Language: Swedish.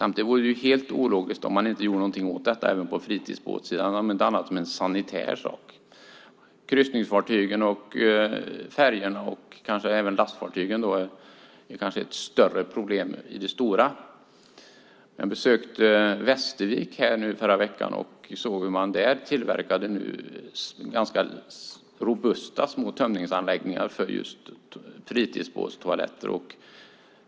Samtidigt vore det helt ologiskt om man inte gjorde någonting åt detta även på fritidsbåtssidan, om inte annat som en sanitär sak. Kryssningsfartygen, färjorna och även lastfartygen är kanske ett större problem i det stora. Jag besökte Västervik i förra veckan och såg hur man där tillverkade ganska robusta små tömningsanläggningar för just fritidsbåtstoaletter.